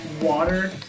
water